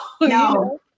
No